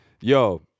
Yo